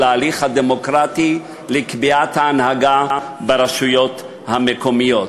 של ההליך הדמוקרטי לקביעת ההנהגה ברשויות המקומיות,